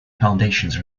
foundations